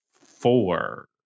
four